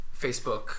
Facebook